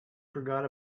forgot